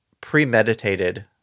premeditated